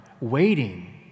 waiting